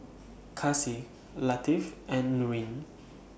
Kasih Latif and Nurin